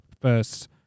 first